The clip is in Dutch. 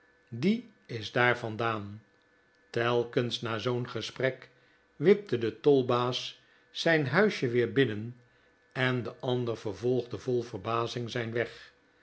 die is daar vandaan telkens na zoo'n gesprek wiplje de tolbaas zijn huisje weer binnen en de ander vervolgde vol verbazing zijn weg